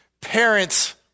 parents